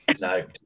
No